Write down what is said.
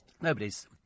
Nobody's